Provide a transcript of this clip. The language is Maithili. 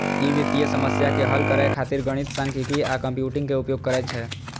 ई वित्तीय समस्या के हल करै खातिर गणित, सांख्यिकी आ कंप्यूटिंग के उपयोग करै छै